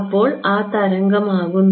അപ്പോൾ ആ തരംഗം ആകുന്നത്